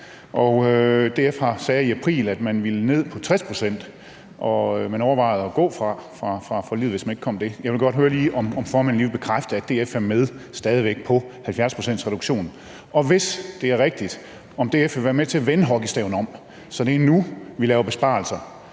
DF sagde i april, at man ville ned på 60 pct., og at man overvejede at gå fra forliget, hvis det ikke kom ned. Jeg vil godt lige høre, om formanden vil bekræfte, at DF stadig væk er med på en reduktion på 70 pct. Og hvis det er rigtigt, vil DF så være med til vende hockeystaven om, så det er nu, vi laver besparelser?